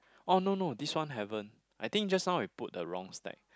oh no no this one haven't I think just now we put the wrong stack